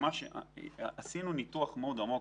עשינו ניתוח עמוק